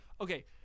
Okay